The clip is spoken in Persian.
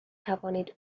توانید